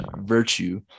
virtue